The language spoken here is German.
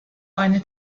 eine